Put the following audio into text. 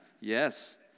Yes